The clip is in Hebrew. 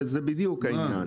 זה בדיוק העניין.